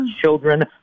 children